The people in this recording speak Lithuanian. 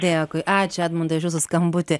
dėkui ačiū edmundai už jūsų skambutį